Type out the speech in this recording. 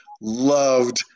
loved